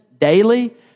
daily